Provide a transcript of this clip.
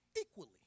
equally